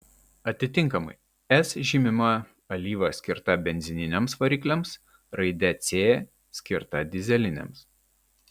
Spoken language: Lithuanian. atitinkamai s žymima alyva skirta benzininiams varikliams raide c skirta dyzeliams